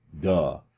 Duh